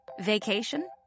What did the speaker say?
Vacation